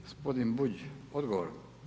Gospodin Bulj, odgovor.